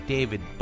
David